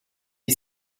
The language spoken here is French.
est